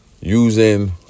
using